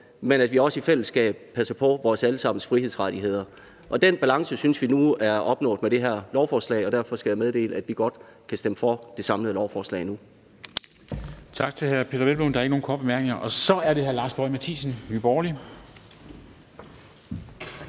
men at vi også i fællesskab passer på vores alle sammens frihedsrettigheder. Den balance synes vi nu er opnået med det her lovforslag, og derfor skal jeg meddele, at vi godt kan stemme for det samlede lovforslag.